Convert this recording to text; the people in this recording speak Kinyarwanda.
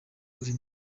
urimo